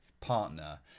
partner